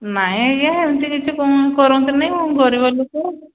ନାଇଁ ଆଜ୍ଞା ଏମିତି କିଛି କ'ଣ କରନ୍ତୁ ନାହିଁ ମୁଁ ଗରିବ ଲୋକ